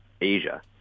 Asia